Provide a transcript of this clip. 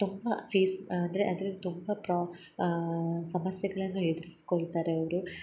ತುಂಬ ಫೀಸ್ ಅಂದರೆ ಅದ್ರದ್ದು ತುಂಬ ಪ್ರೊ ಸಮಸ್ಯೆಗಳನ್ನು ಎದ್ರಿಸ್ಕೊಳ್ತಾರೆ ಅವರು